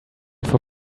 for